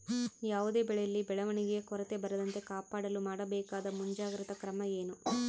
ಯಾವುದೇ ಬೆಳೆಯಲ್ಲಿ ಬೆಳವಣಿಗೆಯ ಕೊರತೆ ಬರದಂತೆ ಕಾಪಾಡಲು ಮಾಡಬೇಕಾದ ಮುಂಜಾಗ್ರತಾ ಕ್ರಮ ಏನು?